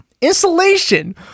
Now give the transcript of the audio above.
insulation